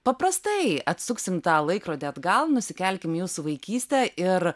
paprastai atsuksim tą laikrodį atgal nusikelkim į jūsų vaikystę ir